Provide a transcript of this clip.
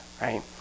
Right